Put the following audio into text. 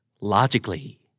Logically